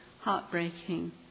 heartbreaking